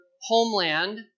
homeland